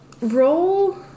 Roll